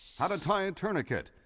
how to tie a tourniquet,